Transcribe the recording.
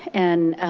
and